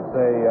say